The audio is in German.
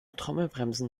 trommelbremsen